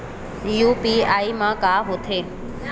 UPI मा का होथे?